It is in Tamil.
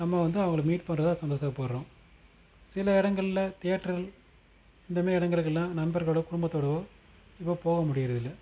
நம்ம வந்து அவங்கள மீட் பண்ணுறதா சந்தோஸப்படுறோம் சில இடங்கள்ல தியேட்டர்கள் இந்தமாரி இடங்களுக்கெல்லாம் நண்பர்களோடவோ குடும்பத்தோடவோ இப்போ போகமுடியிறதில்லை